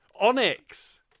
Onyx